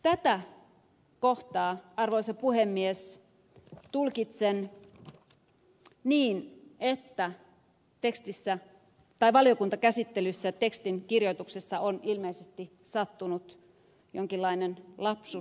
tätä kohtaa arvoisa puhemies tulkitsen niin että valiokuntakäsittelyssä tekstin kirjoituksessa on ilmeisesti sattunut jonkinlainen lapsus